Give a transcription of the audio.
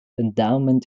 endowment